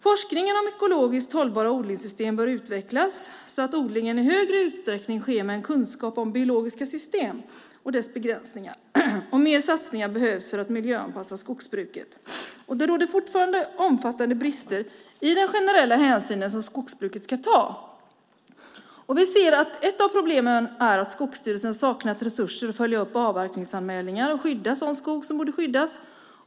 Forskningen om ekologiskt hållbara odlingssystem bör utvecklas så att odlingen i större utsträckning sker med en kunskap om biologiska system och deras begränsningar. Mer satsningar behövs för att miljöanpassa skogsbruket. Det råder fortfarande omfattande brister i den generella hänsyn som skogsbruket ska ta. Vi ser att ett av problemen är att Skogsstyrelsen har saknat resurser för att följa upp avverkningsanmälningar och skydda sådan skog som borde skyddas.